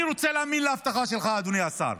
אני רוצה להאמין להבטחה שלך, אדוני השר.